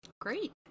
Great